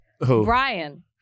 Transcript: Brian